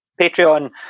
Patreon